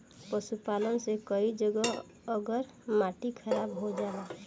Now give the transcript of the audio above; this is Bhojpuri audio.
पशुपालन से कई जगह कअ माटी खराब हो जाला